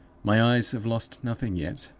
my eyes have lost nothing yet,